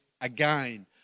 again